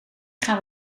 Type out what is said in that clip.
gaan